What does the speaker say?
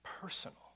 personal